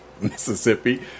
Mississippi